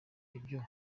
ibyo